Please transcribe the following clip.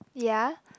ya